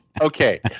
Okay